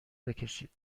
بکشید